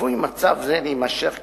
צפוי מצב זה להימשך כשנה,